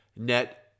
net